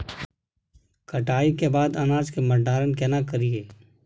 कटाई के बाद अनाज के भंडारण केना करियै?